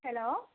hello